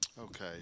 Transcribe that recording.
Okay